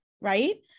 right